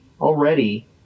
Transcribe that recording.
already